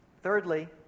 Thirdly